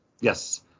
Yes